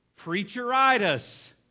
preacheritis